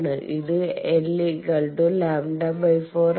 ഇത് lλ 4 ആണ്